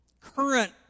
Current